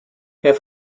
herr